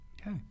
Okay